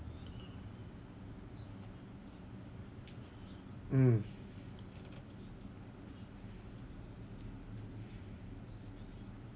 mm